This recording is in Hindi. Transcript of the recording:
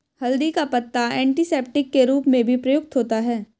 हल्दी का पत्ता एंटीसेप्टिक के रूप में भी प्रयुक्त होता है